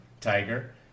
tiger